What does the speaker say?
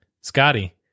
Scotty